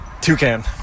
toucan